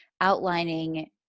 outlining